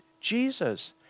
Jesus